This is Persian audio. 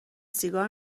سیگار